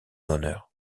honneur